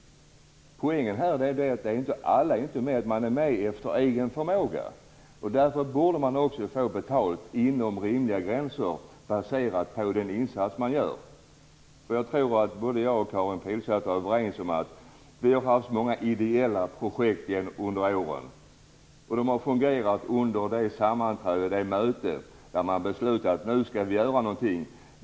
Poängen är att alla inte är med. Man är med efter egen förmåga. Därför borde man också få betalt inom rimliga gränser, baserat på den insats man gör. Jag tror att både jag och Karin Pilsäter är överens om att många ideella projekt under åren har fungerat under det sammanträde eller det möte där man har beslutat om dem.